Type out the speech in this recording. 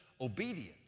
obedience